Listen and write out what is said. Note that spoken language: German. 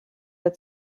der